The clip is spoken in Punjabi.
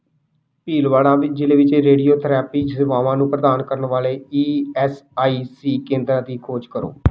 ਭੀਲਵਾੜਾ ਜ਼ਿਲ੍ਹੇ ਵਿੱਚ ਰੇਡੀਓਥੈਰੇਪੀ ਸੇਵਾਵਾਂ ਨੂੰ ਪ੍ਰਦਾਨ ਕਰਨ ਵਾਲੇ ਈ ਐੱਸ ਆਈ ਸੀ ਕੇਂਦਰਾਂ ਦੀ ਖੋਜ ਕਰੋ